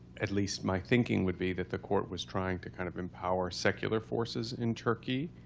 at least my thinking would be, that the court was trying to kind of empower secular forces in turkey.